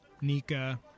Nika